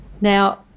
Now